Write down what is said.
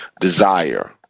desire